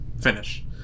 finish